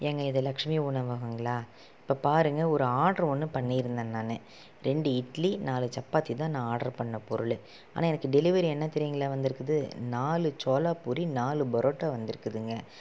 ஏங்க இது லட்சுமி உணவகங்களா இப்போ பாருங்க ஒரு ஆர்ட்ரு ஒன்று பண்ணியிருந்தேன் நான் ரெண்டு இட்லி நாலு சப்பாத்தி தான் நான் ஆர்ட்ரு பண்ண பொருள் ஆனால் எனக்கு டெலிவரி என்ன தெரியுங்களா வந்துருக்குது நாலு சோலா பூரி நாலு பரோட்டா வந்துருக்குதுங்க